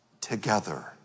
together